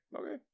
Okay